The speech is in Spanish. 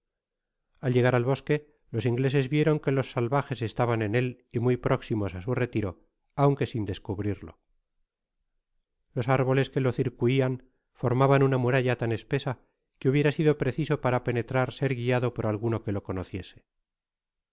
al llegar al bosque los ingleses vieron que los salvajes estaban en él y muy próximos á su retiro aunque sin descu brirlo ios árboles que lo circuían formaban una muralla tan espesa que hubiera sido preciso para penetrar ser guiado por alguno que lo conociese